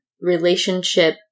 relationship